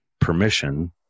permission